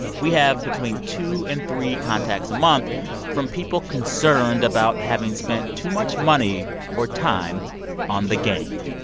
we have between two and three contacts a month from people concerned about having spent too much money or time on the game.